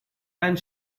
and